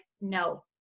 no